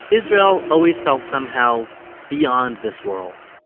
israel always felt somehow beyond this world.